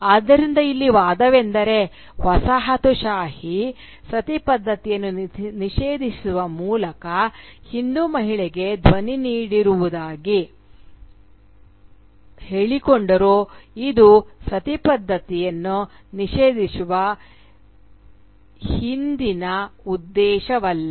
ಆದ್ದರಿಂದ ಇಲ್ಲಿ ವಾದವೆಂದರೆ ವಸಾಹತುಶಾಹಿ ಸತಿ ಪದ್ದತಿಯನ್ನು ನಿಷೇಧಿಸುವ ಮೂಲಕ ಹಿಂದೂ ಮಹಿಳೆಗೆ ಧ್ವನಿ ನೀಡಿರುವುದಾಗಿ ಹೇಳಿಕೊಂಡರೂ ಇದು ಸತಿ ಪದ್ದತಿಯನ್ನು ನಿಷೇಧಿಸುವ ಹಿಂದಿನ ಉದ್ದೇಶವಲ್ಲ